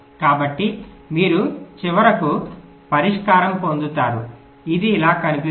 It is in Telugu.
కాబట్టి మీరు చివరకు పరిష్కారం పొందుతారు ఇది ఇలా కనిపిస్తుంది